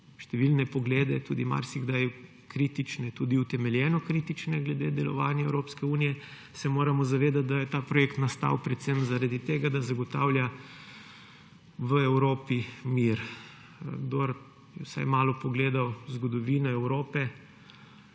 številne poglede, marsikdaj kritične, tudi utemeljeno kritične, glede delovanja Evropske unije, se moramo zavedati, da je ta projekt nastal predvsem zaradi tega, da zagotavlja v Evropi mir. Kdor je vsaj malo pogledal zgodovino Evrope